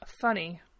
funny